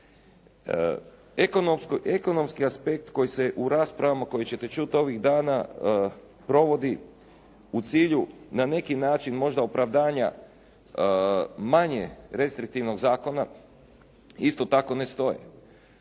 Ekonomski aspekt koji se, u raspravama koje ćete čut ovih dana, provodi u cilju na neki način možda opravdanja manje restriktivnog zakona isto tako ne stoje.